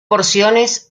porciones